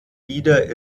wieder